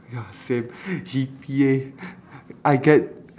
ya same G_P_A I get